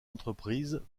entreprises